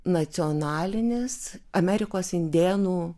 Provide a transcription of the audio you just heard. nacionalinis amerikos indėnų